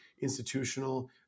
institutional